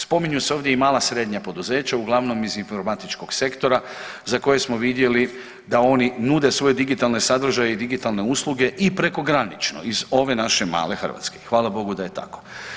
Spominju se ovdje i mala i srednja poduzeća uglavnom iz informatičkog sektora za koje smo vidjeli da oni nude svoje digitalne sadržaje i digitalne usluge i prekogranično iz ove naše male Hrvatske i hvala Bogu da je tako.